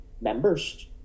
members